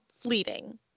fleeting